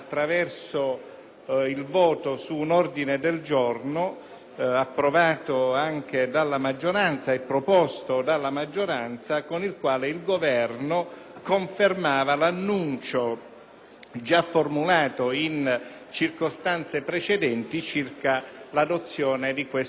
approvato anche dalla maggioranza, con il quale il Governo confermava l'annuncio già formulato in circostanze precedenti circa l'adozione di tale provvedimento. Ci pare sia giunto il momento di